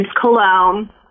cologne